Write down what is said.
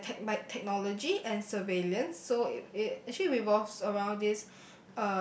by the tech~ by the technology and surveillance so actually it revolves around this